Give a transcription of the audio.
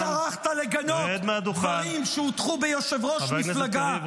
לא טרחת לגנות דברים שהוטחו ביושב-ראש מפלגה -- חבר הכנסת קריב,